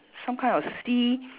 some kind of sea